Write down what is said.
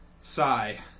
sigh